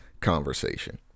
conversation